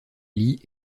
lits